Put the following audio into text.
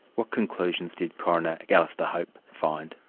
what conclusions did coroner like alastair hope find?